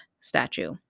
statue